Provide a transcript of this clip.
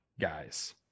guys